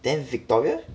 then victoria